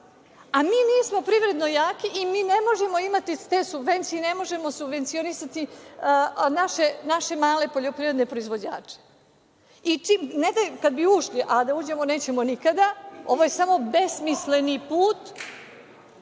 a mi nismo privredno jaki i mi ne možemo imati te subvencije, ne možemo subvencionisati naše male poljoprivredne proizvođače. Kad bi ušli, a da uđemo nećemo nikada, ovo je samo besmisleni put